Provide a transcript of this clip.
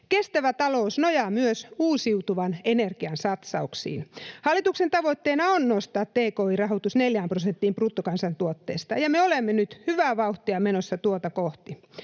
Kestävä talous nojaa myös uusiutuvan energian satsauksiin. Hallituksen tavoitteena on nostaa tki-rahoitus neljään prosenttiin bruttokansantuotteesta, ja me olemme nyt hyvää vauhtia menossa tuota kohti.